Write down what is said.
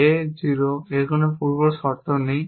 A 0 এর কোন পূর্বশর্ত নেই